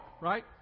right